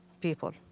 people